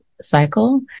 cycle